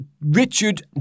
Richard